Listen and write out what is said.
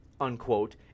unquote